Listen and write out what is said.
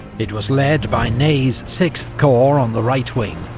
it was led by ney's sixth corps on the right wing,